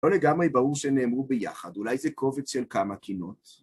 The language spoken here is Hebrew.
לא לגמרי ברור שנאמרו ביחד, אולי זה קובץ של כמה קינות.